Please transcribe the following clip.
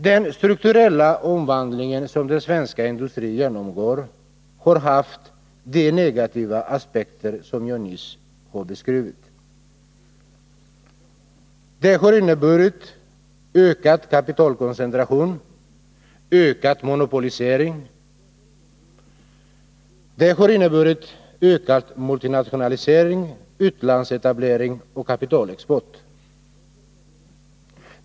Den strukturella omvandling som den svenska industrin genomgår har haft de negativa effekter som jag nyss har beskrivit. Den har inneburit ökad kapitalkoncentration, ökad monopolisering, ökad multinationalisering, utlandsetablering och kapitalexport.